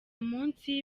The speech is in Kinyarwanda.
munsi